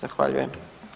Zahvaljujem.